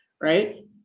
right